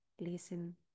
Listen